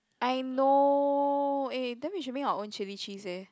I know eh then we should make our own chilli cheese eh